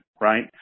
right